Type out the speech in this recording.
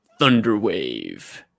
Thunderwave